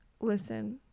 listen